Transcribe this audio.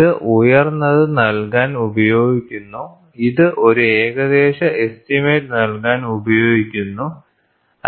ഇത് ഉയർന്നത് നൽകാൻ ഉപയോഗിക്കുന്നു ഇത് ഒരു ഏകദേശ എസ്റ്റിമേറ്റ് നൽകാൻ ഉപയോഗിക്കുന്നു